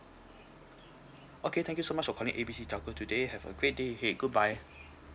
okay thank you so much for calling A B C telco today have a great day ahead goodbye